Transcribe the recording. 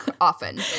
Often